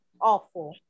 awful